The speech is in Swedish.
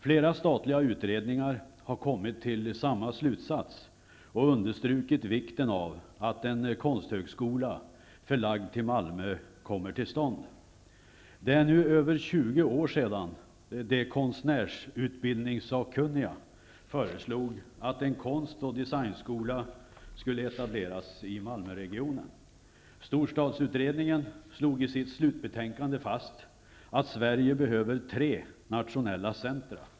Flera statliga utredningar har kommit till samma slutsats och understrukit vikten av att en konsthögskola, förlagd till Malmö, kommer till stånd. Det är nu över 20 år sedan konstnärsutbildningssakkunniga föreslog att en konst och designskola skulle etableras i Malmöregionen. Storstadsutredningen slog i sitt slutbetänkande fast att Sverige behöver tre nationella centra.